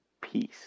peace